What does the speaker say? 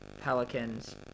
Pelicans